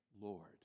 Lord